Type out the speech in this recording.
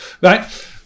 Right